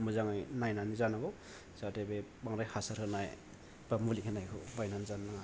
मोजाङै नायनानै जानांगौ जाहाथे बे बांद्राय हासार होनाय बा मुलि होनायखौ बायनानै जानो नाङा